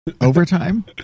Overtime